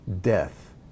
death